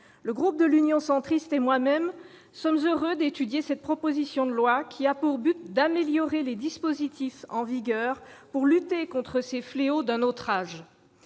Le groupe Union Centriste et moi-même sommes heureux d'avoir l'occasion d'étudier cette proposition de loi, qui a pour objet d'améliorer les dispositifs en vigueur pour lutter contre ce fléau d'un autre âge.